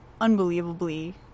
unbelievably